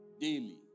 Daily